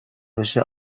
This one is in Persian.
بشه